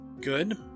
Good